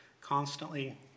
constantly